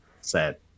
Sad